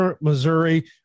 Missouri